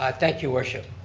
ah thank you worship.